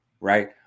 Right